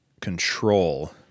control